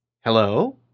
Hello